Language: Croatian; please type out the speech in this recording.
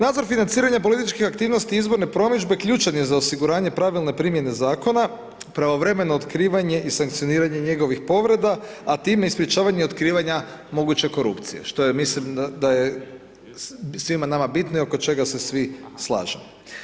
Nadzor financiranja političkih aktivnosti i izborne promidžbe ključan je za osiguranje pravilne primjene Zakona, pravovremeno otkrivanje i sankcioniranje njegovih povreda, a time i sprečavanje otkrivanja moguće korupcije, što je, mislim da je svima nama bitno i oko čega se svi slažemo.